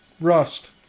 Rust